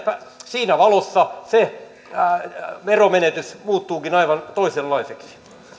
siinä valossa se veromenetys muuttuukin aivan toisenlaiseksi